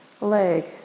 leg